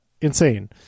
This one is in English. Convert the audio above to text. insane